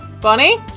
Bonnie